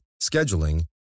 scheduling